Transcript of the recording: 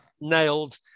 nailed